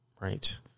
right